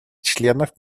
членов